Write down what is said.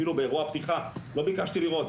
אפילו באירוע הפתיחה לא ביקשתי לראות,